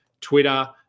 Twitter